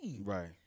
Right